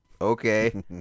Okay